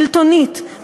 שלטונית,